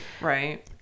right